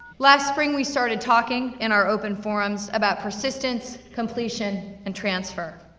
last spring we started talking in our open forums, about persistence, completion, and transfer.